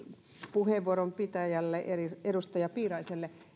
puheenvuoron pitäjälle edustaja piiraiselle